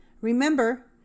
Remember